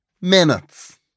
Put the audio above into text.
minutes